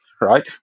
right